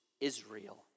Israel